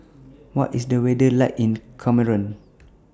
What IS The weather like in Cameroon